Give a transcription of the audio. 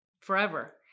forever